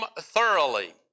thoroughly